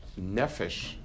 nefesh